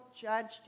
judged